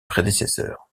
prédécesseurs